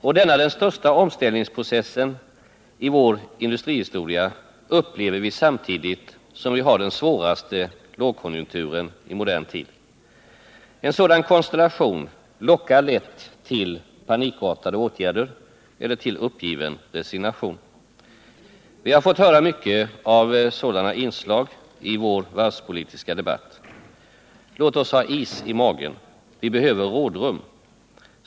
Och denna den största omställningsprocessen i vår industrihistoria upplever vi samtidigt som vi har den svåraste lågkonjunkturen i modern tid. En sådan konstellation lockar lätt till panikartade åtgärder eller till uppgivenhet och resignation. Vi har fått höra mycket av sådana inslag i vår varvspolitiska debatt. Låt oss ha is i magen. Vi behöver rådrum.